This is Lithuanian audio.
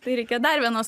tai reikia dar vienos